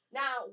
now